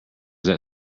that